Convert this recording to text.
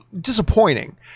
disappointing